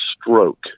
stroke